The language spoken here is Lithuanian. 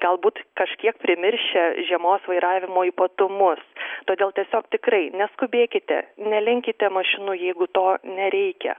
galbūt kažkiek primiršę žiemos vairavimo ypatumus todėl tiesiog tikrai neskubėkite nelenkite mašinų jeigu to nereikia